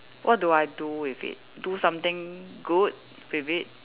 what do I do with it do something good with it